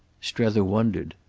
strether wondered.